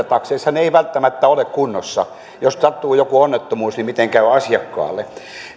takseissa ne eivät välttämättä ole kunnossa ja jos sattuu joku onnettomuus niin miten käy asiakkaalle